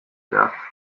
enough